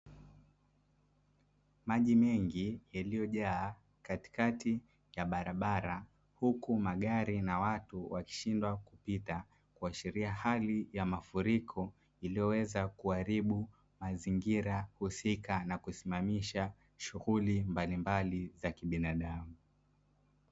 Maji mengi yaliyojaa katikati ya barabara huku magari na watu wakishindwa kupita, kwa kuashiria hali ya mafuriko iliyoweza kuharibu mazingira husika na kusimamisha shughuli mbalimbali za kibinadamu.